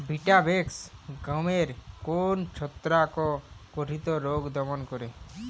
Vitavax গমের কোন ছত্রাক ঘটিত রোগ দমন করে?